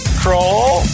crawl